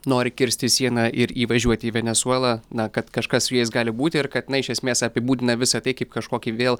nori kirsti sieną ir įvažiuoti į venesuelą na kad kažkas su jais gali būti ir kad na iš esmės apibūdina visa tai kaip kažkokį vėl